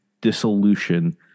dissolution